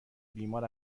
بیمار